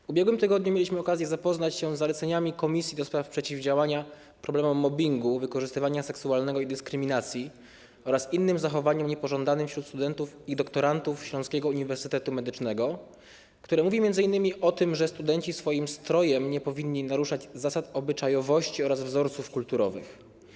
W ubiegłym tygodniu mieliśmy okazję zapoznać się z zaleceniami Komisji ds. Przeciwdziałania Problemom Mobbingu, Wykorzystywania Seksualnego i Dyskryminacji oraz innym zachowaniom niepożądanym wśród Studentów i Doktorantów Śląskiego Uniwersytetu Medycznego, które mówią m.in. o tym, że studenci swoim strojem nie powinni naruszać zasad obyczajowości oraz wzorców kulturowych.